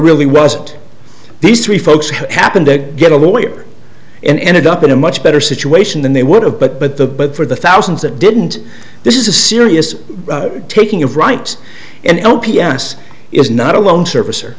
really wasn't these three folks who happened to get a lawyer and ended up in a much better situation than they would have but but the but for the thousands that didn't this is a serious taking of rights and m p s is not alone service or